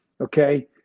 Okay